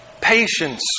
Patience